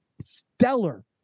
stellar